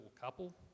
couple